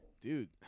dude